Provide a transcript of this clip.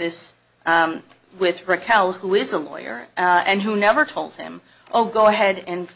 this with raquel who is a lawyer and who never told him oh go ahead and